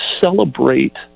celebrate